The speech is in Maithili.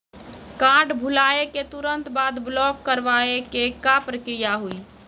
कार्ड भुलाए के तुरंत बाद ब्लॉक करवाए के का प्रक्रिया हुई?